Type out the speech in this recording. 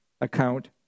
account